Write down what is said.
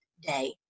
day